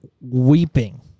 weeping